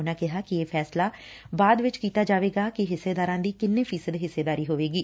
ਉਨਾਂ ਕਿਹਾ ਕਿ ਇਹ ਫੈਸਲਾ ਬਾਅਦ ਵਿਚ ਕੀਤਾ ਜਾਵੇਗਾ ਕਿ ਹਿੱਸੇਦਾਰਾਂ ਦੀ ਕਿੰਨੇ ਫ਼ੀ ਸਦੀ ਹਿੱਸੇਦਾਰੀ ਹੋਵੇਗੀ